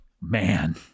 Man